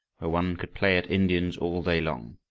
where one could play at indians all day long.